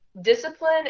Discipline